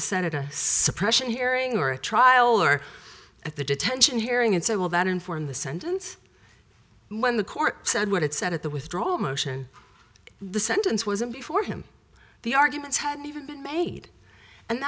was senator suppression hearing or a trial or at the detention hearing and so will that inform the sentence when the court said what it said at the withdraw motion the sentence was in before him the arguments hadn't even been made and